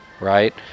right